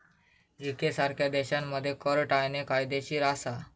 UK सारख्या देशांमध्ये कर टाळणे कायदेशीर असा